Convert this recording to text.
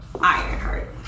Ironheart